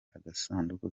agasanduku